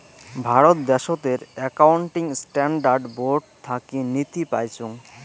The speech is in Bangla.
ভারত দ্যাশোতের একাউন্টিং স্ট্যান্ডার্ড বোর্ড থাকি নীতি পাইচুঙ